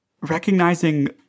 recognizing